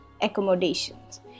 accommodations